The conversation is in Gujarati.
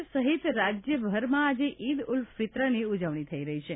દેશ સહિત રાજ્યભરમાં આજે ઇદ ઉલ ફિત્રની ઉજવણી થઈ રહી છે